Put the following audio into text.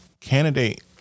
candidate